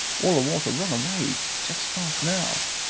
all a water run away, juss fass now,